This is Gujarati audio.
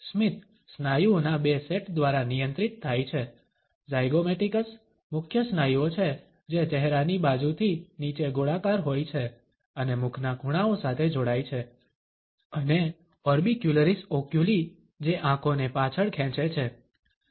સ્મિત સ્નાયુઓના બે સેટ દ્વારા નિયંત્રિત થાય છે ઝાયગોમેટિકસ મુખ્ય સ્નાયુઓ છે જે ચહેરાની બાજુથી નીચે ગોળાકાર હોય છે અને મુખના ખૂણાઓ સાથે જોડાય છે અને ઓર્બિક્યુલરિસ ઓક્યુલી જે આંખોને પાછળ ખેંચે છે